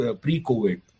pre-COVID